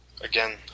Again